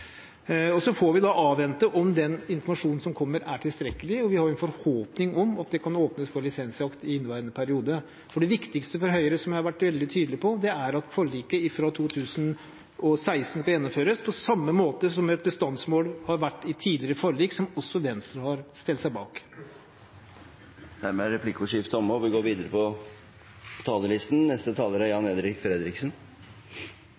sonen. Så får vi avvente om den informasjonen som kommer, er tilstrekkelig. Vi har en forhåpning om at det kan åpnes for lisensjakt i inneværende periode. Det viktigste for Høyre, som jeg har vært veldig tydelig på, er at forliket fra 2016 skal gjennomføres – på samme måte som med bestandsmål i tidligere forlik, som også Venstre har stilt seg bak. Dermed er replikkordskiftet omme. Jeg vil våge å påstå at det forliket vi fikk på plass i juni måned, var et godt og